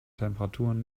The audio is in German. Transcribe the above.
temperaturen